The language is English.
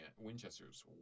Winchesters